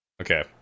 Okay